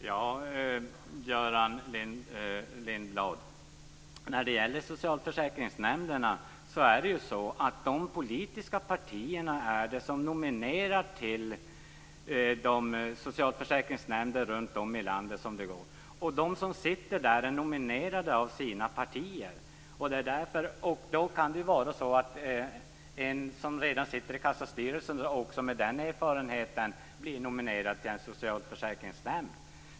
Herr talman! Göran Lindblad, när det gäller socialförsäkringsnämnderna är det de politiska partierna som nominerar till socialförsäkringsnämnderna runt om i landet. De som sitter där är nominerade av sina partier. Då kan det vara så att en som redan sitter i kassastyrelsen med den erfarenheten blir nominerad till en socialförsäkringsnämnd.